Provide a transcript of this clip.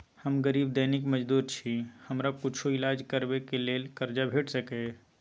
हम गरीब दैनिक मजदूर छी, हमरा कुछो ईलाज करबै के लेल कर्जा भेट सकै इ?